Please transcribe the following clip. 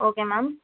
okay ma'am